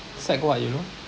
sec what you know